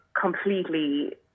completely